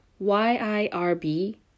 Y-I-R-B